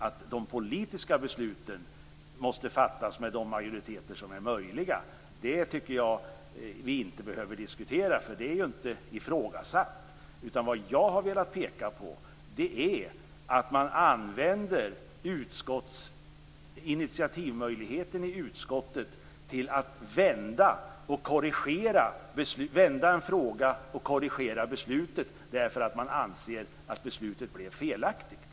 Att de politiska besluten måste fattas med de majoriteter som är möjliga tycker jag inte att vi behöver diskutera. Det är inte ifrågasatt. Vad jag har velat peka på är att man använder initiativmöjligheten i utskottet till att vända en fråga och korrigera beslutet för att man anser att det blev felaktigt.